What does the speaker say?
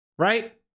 Right